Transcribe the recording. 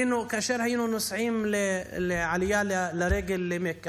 כאשר היינו נוסעים לעלייה לרגל למכה,